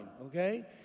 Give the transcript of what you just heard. okay